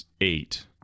eight